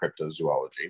cryptozoology